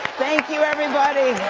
thank you everybody.